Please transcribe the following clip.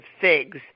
figs